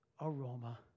aroma